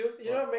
what